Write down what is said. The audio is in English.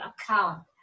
account